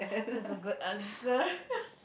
that's a good answer